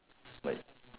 but